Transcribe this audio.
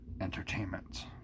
entertainment